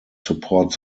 support